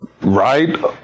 Right